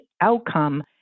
outcome